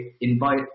invite